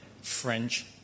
French